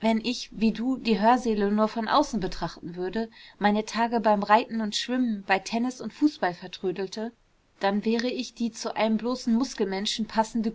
wenn ich wie du die hörsäle nur von außen betrachten würde meine tage beim reiten und schwimmen bei tennis und fußball vertrödelte dann wäre ich die zu einem bloßen muskelmenschen passende